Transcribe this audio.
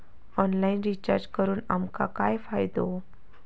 Online recharge करून आमका काय फायदो?